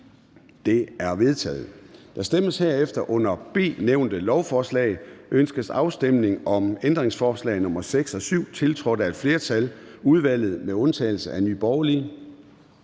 De er vedtaget. Der stemmes herefter om det under B nævnte lovforslag. Ønskes afstemning om ændringsforslag nr. 6 og 7, tiltrådt af et flertal (udvalget med undtagelse af Nye Borgerlige)?